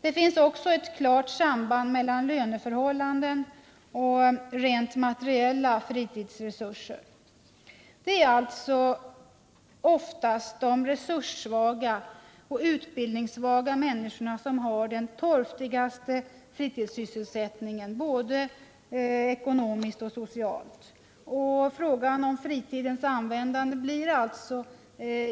Det finns också ett klart samband mellan löneförhållanden och rent materiella fritidsresurser. Det är oftast de resurssvaga och utbildningssvaga människorna som har den torftigaste fritidssysselsättningen både ekonomiskt och socialt. Fritidens användande blir